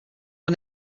are